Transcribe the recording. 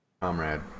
comrade